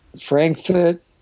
Frankfurt